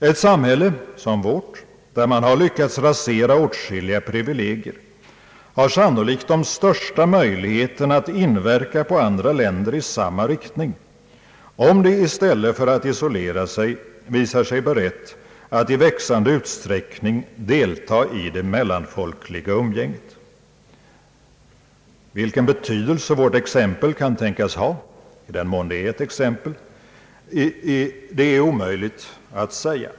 Ett samhälle som vårt där man lyckats rasera åtskilliga privilegier har sannolikt de största möjligheterna att inverka på andra länder i samma riktning, om det i stället för att isolera sig visar sig berett att i växande utsträckning delta i det mellanfolkliga umgänget. Vilken betydelse vårt exempel kan tänkas ha, i den mån det är ett exempel, är omöjligt att säga.